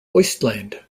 wasteland